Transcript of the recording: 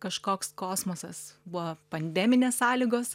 kažkoks kosmosas buvo pandeminės sąlygos